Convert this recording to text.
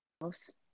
house